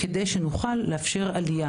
כדי שנוכל לאפשר עלייה.